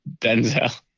Denzel